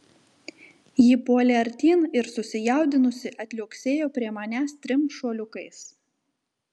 ji puolė artyn ir susijaudinusi atliuoksėjo prie manęs trim šuoliukais